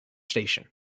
station